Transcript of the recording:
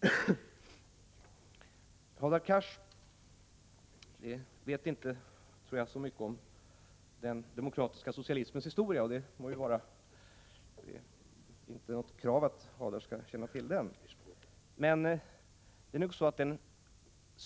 Jag tror inte att Hadar Cars vet så mycket om den demokratiska socialismens historia, men det är ju inte något krav att han skall känna till denna.